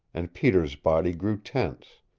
and peter's body grew tense.